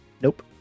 Nope